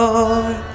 Lord